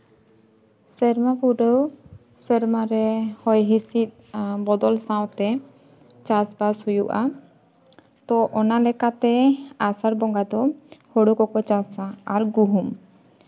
ᱥᱮᱨᱢᱟ ᱯᱩᱨᱟᱹᱣ ᱥᱮᱨᱢᱟᱨᱮ ᱦᱚᱭ ᱦᱤᱸᱥᱤᱫ ᱵᱚᱫᱚᱞ ᱥᱟᱶᱛᱮ ᱪᱟᱥᱼᱵᱟᱥ ᱦᱩᱭᱩᱜᱼᱟ ᱛᱳ ᱚᱱᱟ ᱞᱮᱠᱟᱛᱮ ᱟᱥᱟᱲ ᱵᱚᱸᱜᱟ ᱫᱚ ᱦᱩᱲᱩ ᱠᱚᱠᱚ ᱪᱟᱥᱼᱟ ᱟᱨ ᱜᱩᱦᱩᱢ